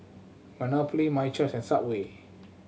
Monopoly My Choice and Subway